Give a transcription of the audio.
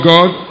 God